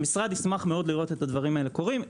המשרד ישמח מאוד לראות את הדברים הללו קורים.